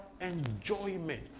enjoyment